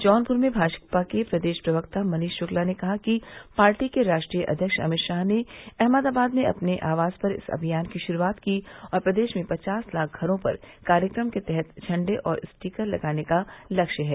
जौनपुर में भाजपा के प्रदेश प्रवक्ता मनीष शुक्ला ने कहा कि पार्टी के राष्ट्रीय अध्यक्ष अमित शाह ने अहमदाबाद में अपने आवास पर इस अभियान की शुरूआत की और प्रदेश में पचास लाख घरों पर कार्यक्रम के तहत झंडे और स्टीकर लगाने का लक्ष्य है